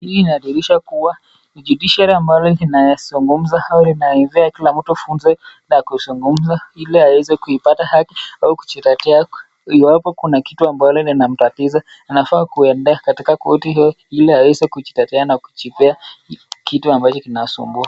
Hii inadhihirisha kuwa ni judiciary ambalo linazungumza, au linapea kila mtu funzo na kuzungumza, ili aweze kuipata haki au kujitetea iwapo kuna kitu ambalo linamtatiza. Anafaa kuenda katika korti hiyo ili aweze kujitetea na kujipea kitu ambacho kinasumbua.